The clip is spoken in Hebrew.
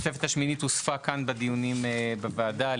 התוספת השמינית הוספה כאן בדיונים בוועדה,